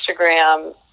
Instagram